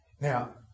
now